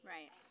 Right